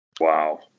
Wow